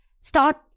start